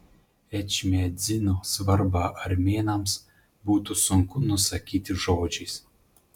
ečmiadzino svarbą armėnams būtų sunku nusakyti žodžiais